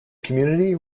community